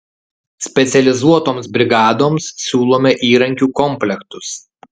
specializuotoms brigadoms siūlome įrankių komplektus